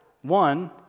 one